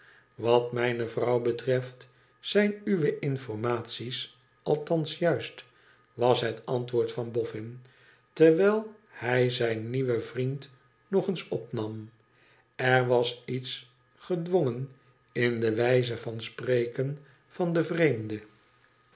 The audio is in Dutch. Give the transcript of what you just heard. wat mijne vrouw betreft zijn uwe informaties altans juist was het antwoord van boffin terwijl hij zijn nieuwen vriend nog eens opnam er was iets gedwongen in de wijze van spreken van den vreemde